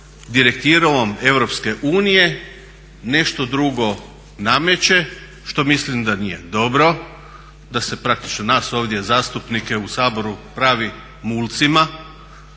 direktivom EU nešto drugo nameće što mislim da nije dobro, da se praktično nas ovdje zastupnike u Saboru pravi mulcima